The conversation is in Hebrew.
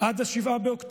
עד 7 באוקטובר,